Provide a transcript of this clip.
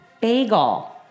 Bagel